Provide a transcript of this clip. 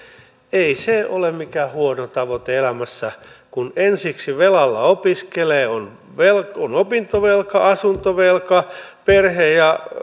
ei se ole mikään huono tavoite elämässä kun ensiksi velalla opiskelee on opintovelka asuntovelka perhe ja